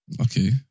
okay